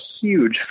huge